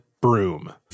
broom